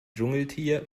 dschungeltier